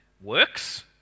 works